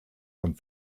vom